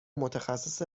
متخصص